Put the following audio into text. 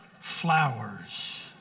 flowers